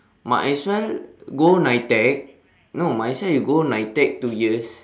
might as well go NITEC no might as well you go NITEC two years